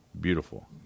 beautiful